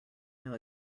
know